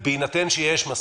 ובהינתן שיש מסכות,